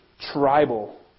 tribal